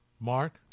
Mark